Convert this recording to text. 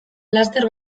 laster